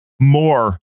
more